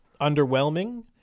underwhelming